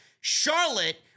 Charlotte